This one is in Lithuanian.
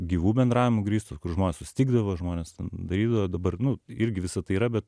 gyvu bendravimu grįstos kur žmonės susitikdavo žmonės ten darydavo dabar nu irgi visa tai yra bet